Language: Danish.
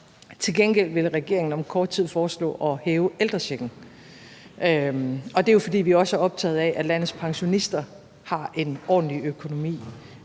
Til gengæld for det vil regeringen om kort tid foreslå at hæve ældrechecken, og det er jo, fordi vi også er optaget af, at landets pensionister har en ordentlig økonomi